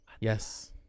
Yes